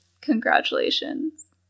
congratulations